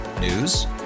News